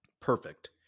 Perfect